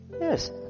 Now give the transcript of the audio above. Yes